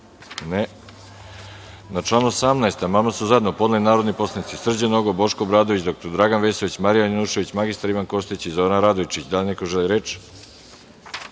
(Ne)Na član 18. amandman su zajedno podneli narodni poslanici Srđan Nogo, Boško Obradović, dr Dragan Vesović, Marija Janjušević, mr Ivan Kostić i Zoran Radojičić. Da li neko želi reč?